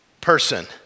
person